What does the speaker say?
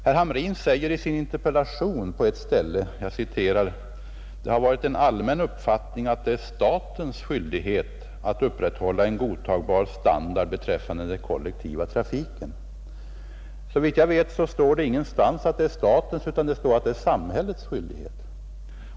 Herr Hamrin säger på ett ställe i sin interpellation: ”Det har varit en allmän uppfattning att det är statens skyldighet att upprätthålla en godtagbar standard beträffande den kollektiva trafiken.” Såvitt jag vet står det emellertid inte någonstans att det är statens skyldighet, utan det står att det är samhällets skyldighet.